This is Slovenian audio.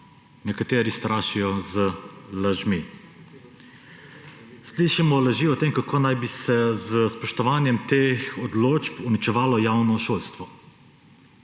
nekateri strašijo z lažmi. Slišimo laži o tem, kako naj bi se z spoštovanjem teh odločb uničevalo javno šolstvo.